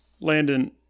Landon